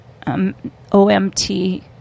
OMT